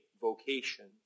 vocation